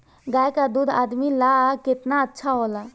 गाय का दूध आदमी ला कितना अच्छा होला?